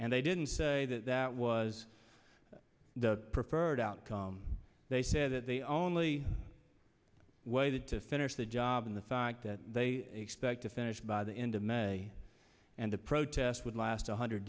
and they didn't say that that was the preferred outcome they said that they only waited to finish the job in the fact that they expect to finish by the end of may and the protest would last one hundred